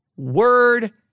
Word